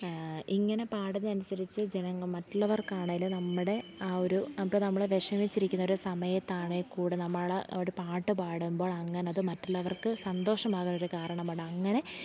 ഇങ്ങനെ പാടുന്നതനുസരിച്ച് ജനങ്ങൾ മറ്റുള്ളവർക്കാണേൽ നമ്മുടെ ആ ഒരു അപ്പം നമ്മൾ വിഷമിച്ചിരിക്കുന്നൊരു സമയത്താണേക്കൂടി നമ്മൾ ഒരു പാട്ടു പാടുമ്പോഴങ്ങനത് മറ്റുള്ളവർക്കു സന്തോഷമാകാനൊരു കാരണമാണങ്ങനെ